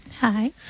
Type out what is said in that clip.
Hi